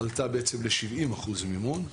עלתה בעצם ל-70% מימון.